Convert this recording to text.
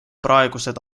praegused